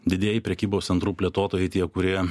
didieji prekybos centrų plėtotojai tie kurie